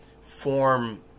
form